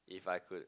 if I could